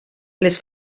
les